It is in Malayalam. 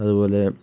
അതുപോലെ